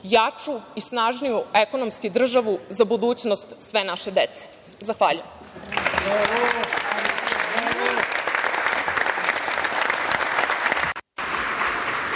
jaču i snažniju ekonomski državu za budućnost sve naše dece. Zahvaljujem.